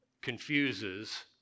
confuses